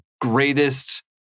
greatest